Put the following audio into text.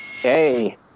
Hey